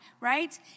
right